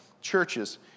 churches